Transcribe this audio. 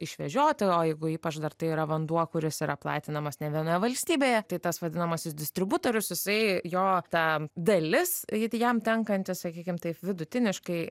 išvežioti o jeigu ypač dar tai yra vanduo kuris yra platinamas ne vienoje valstybėje tai tas vadinamasis distributorius jisai jo ta dalis ji jam tenkanti sakykim taip vidutiniškai